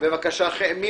מי